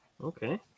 Okay